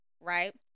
Right